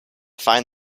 find